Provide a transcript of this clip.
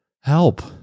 help